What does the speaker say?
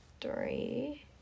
three